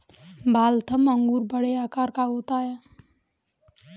Waltham अंगूर बड़े आकार का होता है